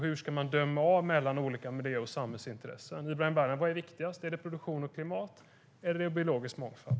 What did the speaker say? Hur ska man döma av mellan olika miljö och samhällsintressen? Vad är viktigast, Ibrahim Baylan? Är det produktion och klimat, eller är det biologisk mångfald?